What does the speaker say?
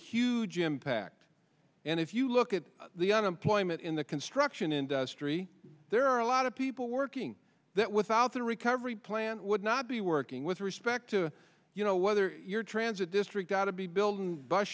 huge impact and if you look at the unemployment in the construction industry there are a lot of people working that without the recovery plan would not be working with respect to you know whether you're transit district got to be building bus